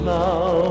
now